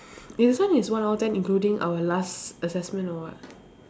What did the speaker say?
eh so this one is one hour ten including our last assessment or what